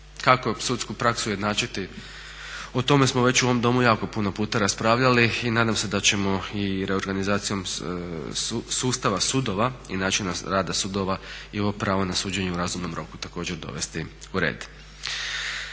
Kako sudsku praksu ujednačiti? O tome smo već u ovom Domu jako puno puta raspravljali i nadam se da ćemo i reorganizacijom sustava sudova i načina rada sudova i ovo pravo na suđenje u razumnom roku također dovesti u red.